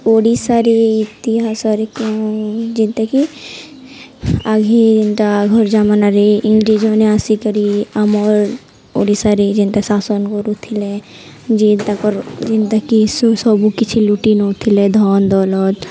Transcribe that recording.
ଓଡ଼ିଶାରେ ଇତିହାସରେ ଯେନ୍ତାକି ଆଘି ଯେନ୍ତା ଆଘର ଜାମାନାରେ ଇଂରେଜମାନେେ ଆସିକି ଆମର୍ ଓଡ଼ିଶାରେ ଯେନ୍ତା ଶାସନ କରୁଥିଲେ ଯେ ତାଙ୍କର ଯେନ୍ତାକିି ସବୁକିଛି ଲୁଟି ନଉଥିଲେ ଧନ ଦୌଲତ